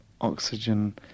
oxygen